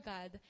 God